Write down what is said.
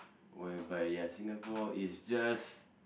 whereby ya Singapore is just